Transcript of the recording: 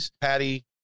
Patty